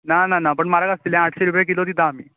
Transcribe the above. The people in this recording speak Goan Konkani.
ना ना ना पूण म्हारग आसतली हां आठशीं रुपया किलो दिता आमी